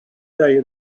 day